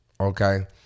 Okay